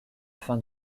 fin